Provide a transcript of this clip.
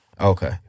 Okay